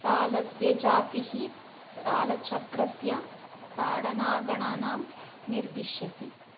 तालस्य जातिः तालचक्रस्य ताडनागणनां निर्दिशति